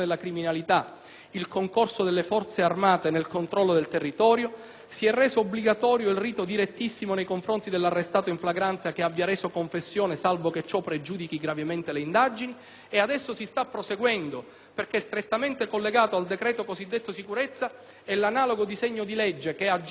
il concorso delle Forze armate nel controllo del territorio; si è reso obbligatorio il rito direttissimo nei confronti dell'arrestato in flagranza che abbia reso confessione, salvo che ciò pregiudichi gravemente le indagini. Adesso si sta proseguendo, perché strettamente collegato al cosiddetto decreto sicurezza è l'analogo disegno di legge (Atto Senato